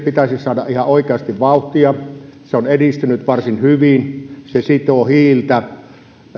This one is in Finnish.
pitäisi saada ihan oikeasti vauhtia se on edistynyt varsin hyvin se sitoo hiiltä